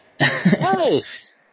Nice